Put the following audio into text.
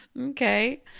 Okay